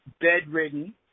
bedridden